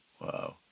Wow